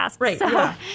Right